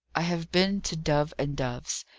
i have been to dove and dove's.